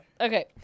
okay